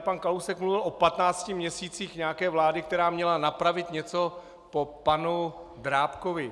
Pan Kalousek mluvil o patnácti měsících nějaké vlády, která měla napravit něco po panu Drábkovi.